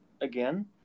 again